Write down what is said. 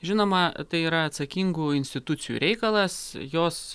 žinoma tai yra atsakingų institucijų reikalas jos